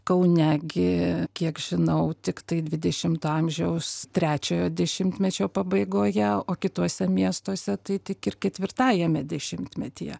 kaune gi kiek žinau tiktai dvidešimto amžiaus trečiojo dešimtmečio pabaigoje o kituose miestuose tai tik ir ketvirtajame dešimtmetyje